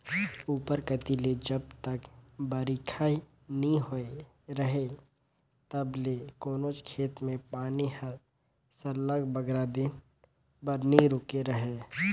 उपर कती ले जब तक बरिखा नी होए रहें तब ले कोनोच खेत में पानी हर सरलग बगरा दिन बर नी रूके रहे